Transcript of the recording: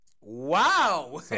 Wow